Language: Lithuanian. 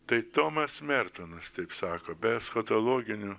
tai tomas mertinas taip sako be eschatologinių